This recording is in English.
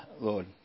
Lord